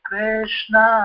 Krishna